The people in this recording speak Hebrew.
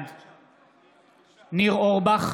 בעד ניר אורבך,